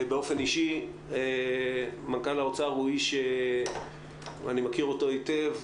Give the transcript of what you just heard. באופן אישי, מנכ"ל האוצר אני מכיר אותו היטב.